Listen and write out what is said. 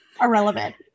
irrelevant